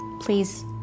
please